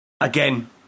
Again